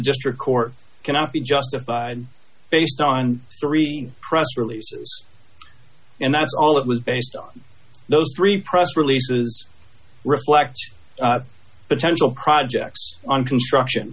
district court cannot be justified based on three press releases and that's all it was based on those three press releases reflects potential projects on construction